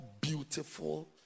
beautiful